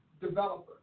developer